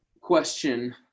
question